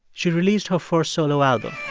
she released her first solo album